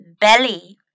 belly